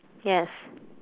yes